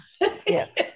yes